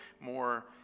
more